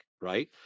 right